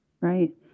right